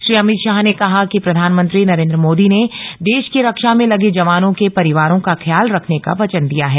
श्री अमित शाह ने कहा कि प्रधानमंत्री नरेन्द्र मोदी ने देश की रक्षा में लगे जवानों के परिवारों का ख्याल रखने का वचन दिया है